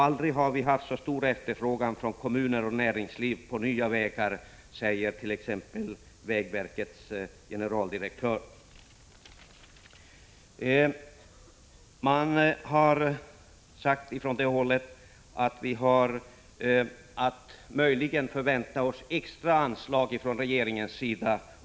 Aldrig har vi haft så stor efterfrågan på nya vägar från kommuner och näringsliv, berättar t.ex. vägverkets generaldirektör. Vägverket har sagt att man under detta år möjligen har att förvänta sig extra anslag från regeringens sida.